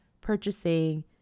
purchasing